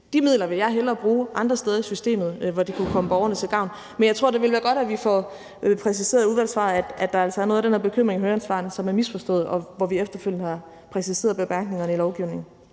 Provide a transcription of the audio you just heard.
de midler vil jeg hellere bruge andre steder i systemet, hvor de kunne komme borgerne til gavn. Men jeg tror, det ville være godt, at vi får præciseret i udvalgsarbejdet, at der altså er noget af den her bekymring i høringssvarene, som er misforstået, og hvor vi efterfølgende har præciseret det i bemærkningerne til lovgivningen.